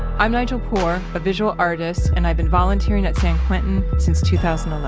i'm nigel poor, a visual artist, and i've been volunteering at san quentin since two thousand um